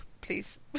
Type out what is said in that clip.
please